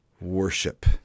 worship